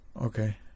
Okay